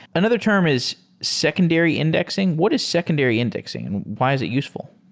another term is secondary indexing. what is secondary indexing? and why is it useful?